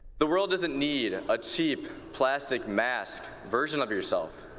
the world doesn't need a cheap plastic mask version of yourself.